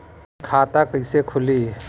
खाता कइसे खुली?